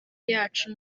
yacu